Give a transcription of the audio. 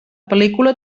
pel·lícula